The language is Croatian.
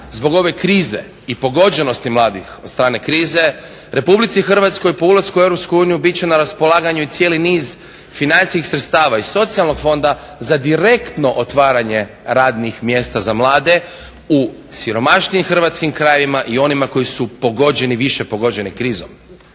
zbog ove krize i pogođenosti mladih od strane krize Republici Hrvatskoj po ulasku u Europsku uniju bit će na raspolaganju i cijeli niz financijskih sredstava iz socijalnog fonda za direktno otvaranje radnih mjesta za mlade u siromašnijim hrvatskim krajevima i onima koji su pogođeni, više pogođeni krizom.